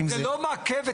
אבל זה לא מעכב.